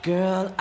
Girl